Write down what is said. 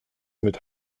mit